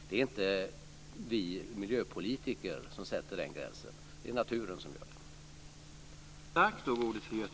Det är inte vi miljöpolitiker som sätter den gränsen. Det är naturen som gör det.